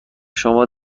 شما